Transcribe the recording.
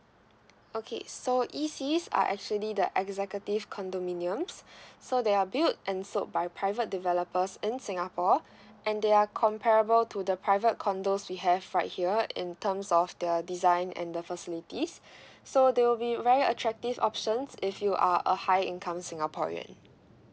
okay so E_Cs are actually the executive condominiums so they are build and sold by private developers in singapore and they are comparable to the private condos we have right here in terms of the design and the facilities so they will be very attractive options if you are a high income singaporean